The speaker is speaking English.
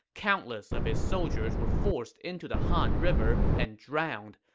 countless of his soldiers were forced into the han river and drowned,